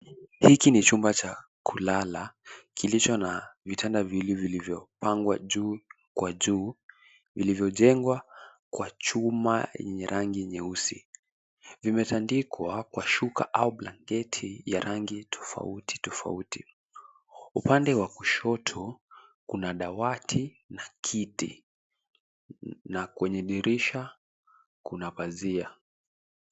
Hiki ni chumba cha kulala kilicho na vitanda viwili vilivyopangwa juu kwa juu vilivyojengwa kwa chuma yenye rangi nyeusi, vimetandikwa kwa shuka au blanketi ya rangi tofauti tofauti. Upande wa kushoto kuna dawati na kiti na kwenye dirisha kuna pazia.